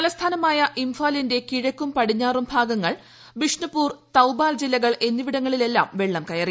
തലസ്ഥാനമായ ഇംഫാലിന്റെ കിഴക്കും പടിഞ്ഞാറും ഭാഗങ്ങൾ ബിഷ്ണുപൂർ തൌബാൽ ജില്ലകൾ എന്നിവിടങ്ങിളെല്ലാം വെളളം കയറി